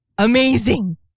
Amazing